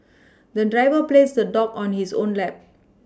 the driver placed the dog on his own lap